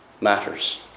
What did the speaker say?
matters